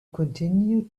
continue